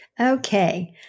Okay